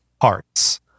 hearts